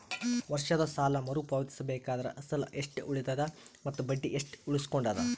ವರ್ಷದ ಸಾಲಾ ಮರು ಪಾವತಿಸಬೇಕಾದರ ಅಸಲ ಎಷ್ಟ ಉಳದದ ಮತ್ತ ಬಡ್ಡಿ ಎಷ್ಟ ಉಳಕೊಂಡದ?